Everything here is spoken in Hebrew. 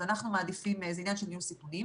אז זה עניין של ניהול סיכונים.